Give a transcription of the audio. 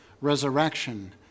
resurrection